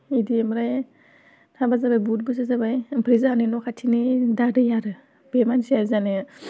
बिदि ओमफ्राय हाबा जाबाय बहुथ बैसो जाबाय ओमफ्राय जाहानि न' खाथिनि दादै आरो बे मानसिया जाहानि